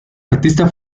artista